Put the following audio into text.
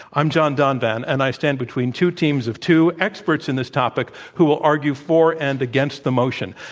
i'm john donvan and i stand between two teams of two experts in this topic who will argue for and against the motion.